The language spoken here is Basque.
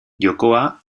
jokoa